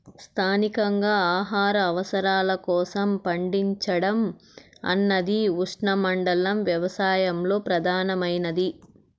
స్థానికంగా ఆహార అవసరాల కోసం పండించడం అన్నది ఉష్ణమండల వ్యవసాయంలో ప్రధానమైనది